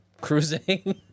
cruising